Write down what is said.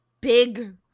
big